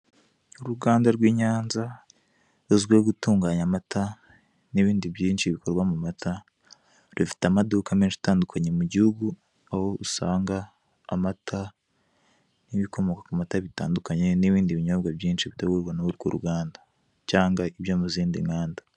Uruganda rw' i Nyanza ruzwiho gutunganya amata n'ibindi byinshi bikorwa mu mata, rufite amaduka amaduka menshi atandukanye mu gihugu aho usanga amata n'ibikomoka ku mata bitandukanye n'ibindi binyobwa byinshi bitegurwa n'urwo ruganda cyangwa ibyo mu zindi nganda.